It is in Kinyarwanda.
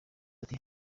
ati